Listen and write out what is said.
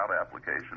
application